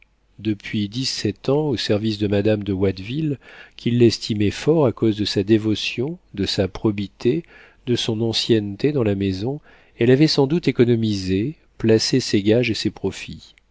depuis dix-sept ans au service de madame de watteville qui l'estimait fort à cause de sa dévotion de sa probité de son ancienneté dans la maison elle avait sans doute économisé placé ses gages et ses profits